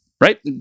right